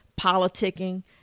politicking